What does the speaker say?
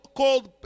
called